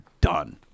done